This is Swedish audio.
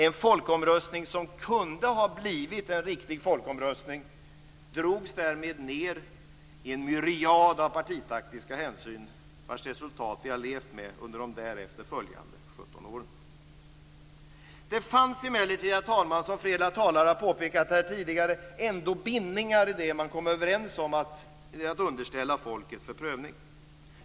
En folkomröstning som kunna ha blivit en riktig folkomröstning drogs därmed ned i en myriad av partitaktiska hänsyn vilkas resultat vi har levt med under de därefter följande 17 åren. Herr talman! Det fanns emellertid, som flera talare tidigare har påpekat, bindningar till det man kom överens om att underställa folket för prövning.